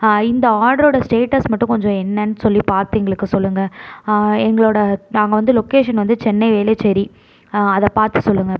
இந்த ஆர்டரோடய ஸ்டேட்டஸ் மட்டும் கொஞ்சம் என்னன்னு சொல்லி பார்த்து எங்களுக்கு சொல்லுங்க எங்களோடய நாங்கள் வந்து லொகேஷன் வந்து சென்னை வேளச்சேரி அதை பார்த்து சொல்லுங்கள்